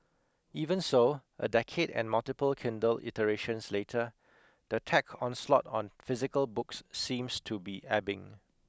even so a decade and multiple Kindle iterations later the tech onslaught on physical books seems to be ebbing